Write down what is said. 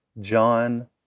john